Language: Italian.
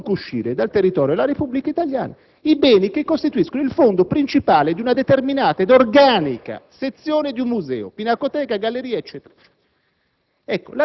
non possono comunque uscire dal territorio della Repubblica italiana i beni che costituiscono il fondo principale di una determinata ed organica sezione di un museo (pinacoteca, galleria, eccetera).